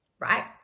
right